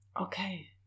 Okay